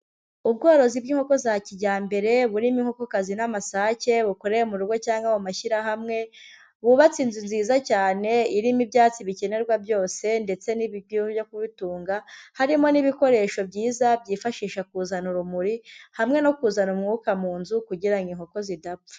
Ubworozi bw'inkoko za kijyambere, burimo inkokokazi n'amasake, bukorewe mu rugo cyangwa mu mashyirahamwe. Bubatse inzu nziza cyane irimo ibyatsi bikenerwa byose, ndetse n'ibiryo byo kubitunga. Harimo n'ibikoresho byiza byifashisha kuzana urumuri, hamwe no kuzana umwuka mu nzu kugira ngo inkoko zidapfa.